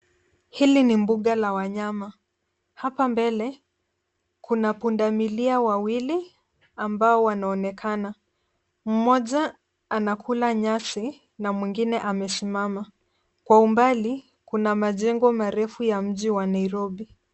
Hili ni mbuga la wanyama. Hapa mbele kuna pundamilia wawili ambao wanaonekana. Mmoja anakula nyasi na mwingine amesimama. Kwa umbali kuna majengo marefu ya mji wa Nairobi.